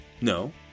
no